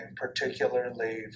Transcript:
particularly